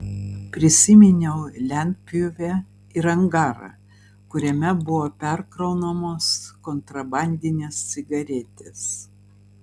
prisiminiau lentpjūvę ir angarą kuriame buvo perkraunamos kontrabandinės cigaretės